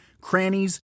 crannies